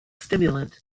stimulant